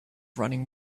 running